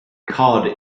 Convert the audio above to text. cod